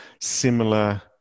similar